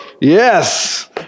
Yes